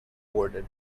rewarded